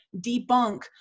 debunk